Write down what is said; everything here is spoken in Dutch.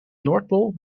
noordpool